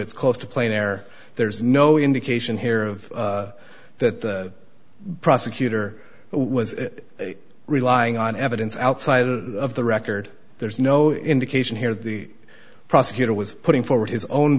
gets close to plane air there's no indication here of that the prosecutor was relying on evidence outside of the record there's no indication here the prosecutor was putting forward his own